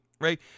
Right